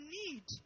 need